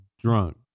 drunk